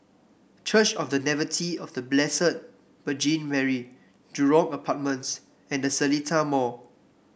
Church of The Nativity of The Blessed Virgin Mary Jurong Apartments and The Seletar Mall